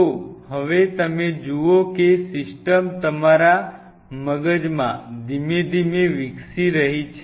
તો હવે તમે જુઓ કે સિસ્ટમ તમારા મગજમાં ધીમે ધીમે વિકસી રહી છે